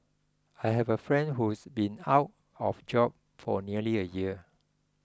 I have a friend who's been out of job for nearly a year